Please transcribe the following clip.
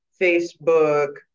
Facebook